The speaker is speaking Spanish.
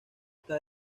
está